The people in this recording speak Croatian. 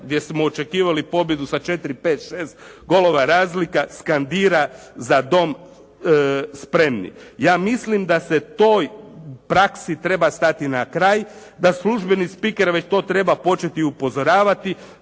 gdje smo očekivali pobjedu sa 4, 5, 6 golova razlika skandira «Za dom spremni». Ja mislim da se toj praksi treba stati na kraj. Da službeni spiker već to treba početi upozoravati.